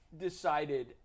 decided